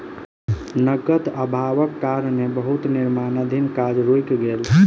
नकद अभावक कारणें बहुत निर्माणाधीन काज रुइक गेलै